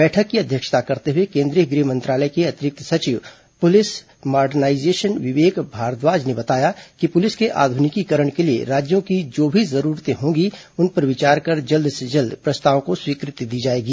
बैठक की अध्यक्षता करते हुए केन्द्रीय गृह मंत्रालय के अतिरिक्त सचिव पूलिस मॉर्डनाईजेशन विवेक भारद्वाज ने बताया कि पूलिस के आध्रनिकीकरण के लिए राज्यों की जो भी जरूरतें होंगी उन पर विचार कर जल्द से जल्द प्रस्तावों को स्वीकृति दी जाएगी